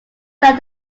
that